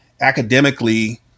academically